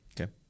okay